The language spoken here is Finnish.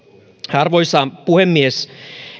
arvoisa puhemies